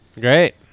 Great